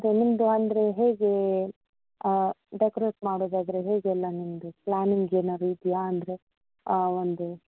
ಅದೆ ನಿಮ್ಮದು ಅಂದರೆ ಹೇಗೆ ಡೆಕೊರೇಟ್ ಮಾಡೋದಾದ್ರೆ ಹೇಗೆ ಎಲ್ಲ ನಿಮ್ಮದು ಪ್ಲಾನಿಂಗ್ ಏನಾದ್ರು ಇದೆಯಾ ಅಂದರೆ ಆ ಒಂದು